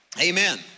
Amen